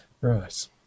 Right